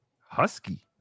Husky